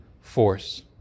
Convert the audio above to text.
force